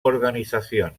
organizaciones